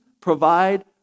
provide